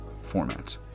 format